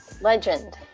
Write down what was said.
Legend